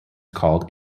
called